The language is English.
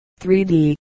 3D